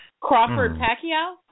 Crawford-Pacquiao